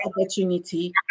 opportunity